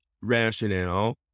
rationale